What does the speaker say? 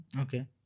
Okay